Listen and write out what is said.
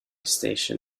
station